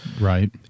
Right